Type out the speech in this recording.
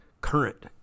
current